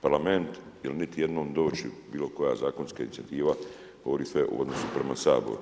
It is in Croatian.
Parlament jer niti jednom doći, bilo koja zakonska inicijativa govori sve u odnosu prema Saboru.